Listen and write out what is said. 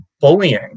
bullying